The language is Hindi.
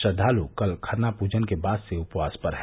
श्रद्वालु कल खरना पूजन के बाद से उपवास पर हैं